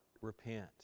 Repent